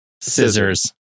scissors